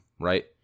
right